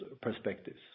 perspectives